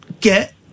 get